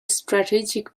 strategic